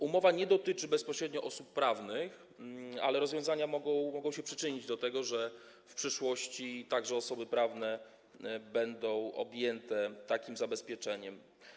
Umowa nie dotyczy bezpośrednio osób prawnych, ale te rozwiązania mogą się przyczynić do tego, że w przyszłości także osoby prawne będą objęte takim zabezpieczeniem.